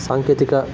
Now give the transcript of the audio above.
సాంకేతిక